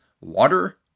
water